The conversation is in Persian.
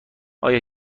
آیا